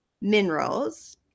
minerals